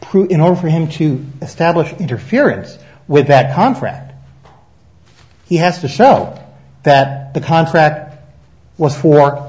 prove in order for him to establish interference with that contract he has to show that the contract was for a